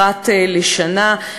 אחת לשנה,